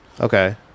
Okay